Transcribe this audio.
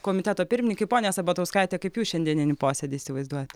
komiteto pirmininkei ponia sabatauskaite kaip jūs šiandieninį posėdį įsivaizduojat